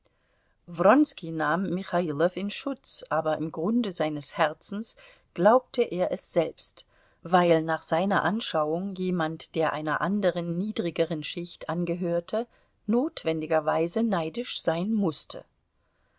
nahm michailow in schutz aber im grunde seines herzens glaubte er es selbst weil nach seiner anschauung jemand der einer anderen niedrigeren schicht angehörte notwendigerweise neidisch sein mußte